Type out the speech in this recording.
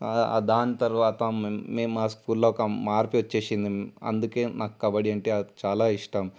దాని తర్వాత మేము మేము మా స్కూల్లో ఒక మార్పే వచ్చేసింది అందుకే మాకు కబడ్డీ అంటే చాలా ఇష్టం